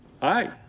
Hi